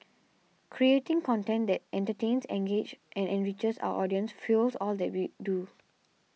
creating content that entertains engages and enriches our audiences fuels all that we do